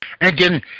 Again